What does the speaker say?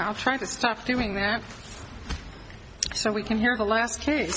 i'll try to stop doing that so we can hear the last